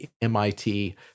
MIT